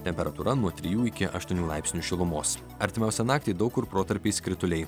temperatūra nuo trijų iki aštuonių laipsnių šilumos artimiausią naktį daug kur protarpiais krituliai